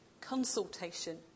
consultation